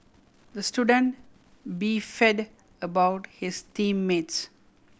the student beefed about his team mates